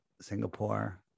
Singapore